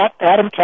Adam